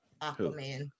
Aquaman